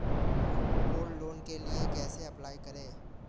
Gold loan के लिए कैसे अप्लाई करें?